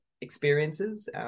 experiences